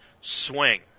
swing